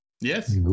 Yes